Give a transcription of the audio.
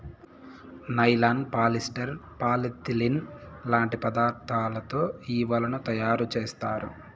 nylon, polyester, polyethylene లాంటి పదార్థాలతో ఈ వలలను తయారుచేత్తారు